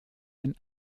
den